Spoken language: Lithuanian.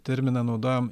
terminą naudojam